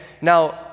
Now